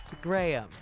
Graham